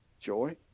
joy